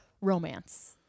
romance